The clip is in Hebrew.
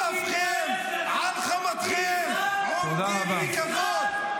על אפכם, על חמתכם, עומדים בכבוד.